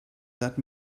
that